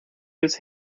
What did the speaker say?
his